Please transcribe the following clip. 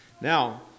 Now